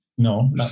No